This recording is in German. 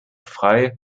frei